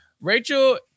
rachel